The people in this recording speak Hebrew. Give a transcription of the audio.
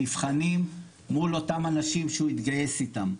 נבחנים מול אותם אנשים שהוא התגייס איתם.